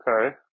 Okay